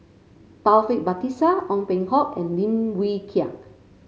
Taufik Batisah Ong Peng Hock and Lim Wee Kiak